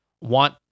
want